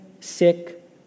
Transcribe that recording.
sick